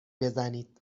بزنید